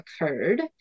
occurred